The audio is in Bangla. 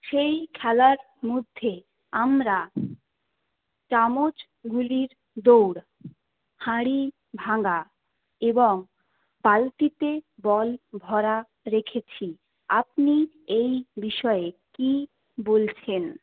সেই খেলার মধ্যে আমরা চামচগুলির দৌড় হাঁড়ি ভাঙা এবং বালতিতে বল ভরা রেখেছি আপনি এই বিষয়ে কী বলছেন